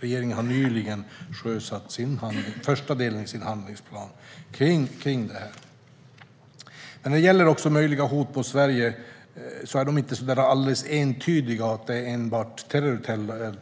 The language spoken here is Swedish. Regeringen har nyligen sjösatt första delen av sin handlingsplan för detta. När det gäller möjliga hot mot Sverige är de inte helt entydiga. De är inte enbart territoriella.